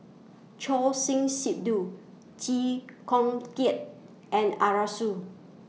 Choor Singh Sidhu Chee Kong Tet and Arasu